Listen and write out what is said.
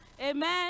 Amen